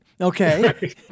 okay